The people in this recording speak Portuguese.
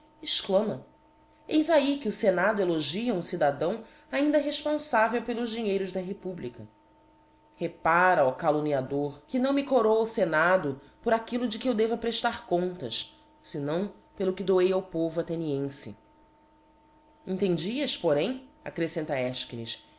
exclama eis ahi que o fenado elogia um cidadão ainda refponfavel pelos dinheiros da republica repara ó calumniador que não me coroa o fenado por aquillo de que eu deva preílar contas íenão pelo que doei ao povo athenienfe c entendias porém accrefcenta efchines